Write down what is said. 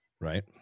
Right